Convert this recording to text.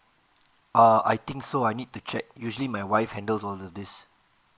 uh I think so I need to check usually my wife handles all of these